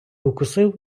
укусив